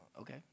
Okay